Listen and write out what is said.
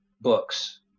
books